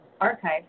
archive